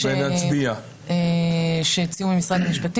אנחנו מחויבים מכוח החלטת ממשלה להחזיר את זה לוועדת שרים.